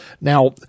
Now